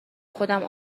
خودم